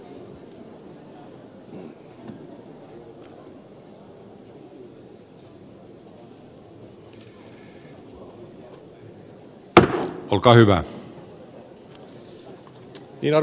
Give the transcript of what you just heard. arvoisa puhemies